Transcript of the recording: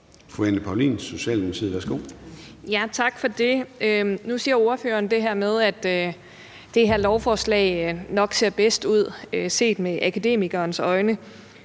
Anne Paulin (S): Tak for det. Nu siger ordføreren det her med, at det her lovforslag nok ser bedst ud set med akademikerens øjne.